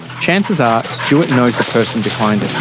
chances are stuart knows the person behind it.